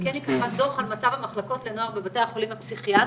היא כתבה דוח על מצב המחלקות לנוער בבתי החולים הפסיכיאטריים.